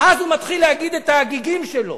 אז הוא מתחיל להגיד את ההגיגים שלו.